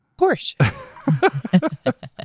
Porsche